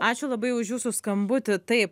ačiū labai už jūsų skambutį taip